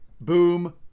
boom